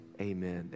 Amen